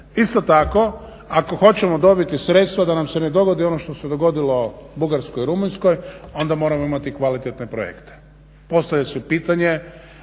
Isto tako ako hoćemo dobiti sredstva da nam se ne dogodi ono što se dogodilo Bugarskoj i Rumunjskoj, onda moramo imati kvalitetne projekte. Postavlja se pitanje